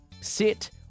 sit